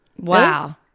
Wow